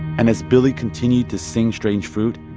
and as billie continued to sing strange fruit,